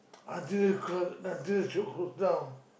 other cul~ other shop close down